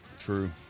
True